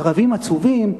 ערבים עצובים?